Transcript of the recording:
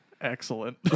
Excellent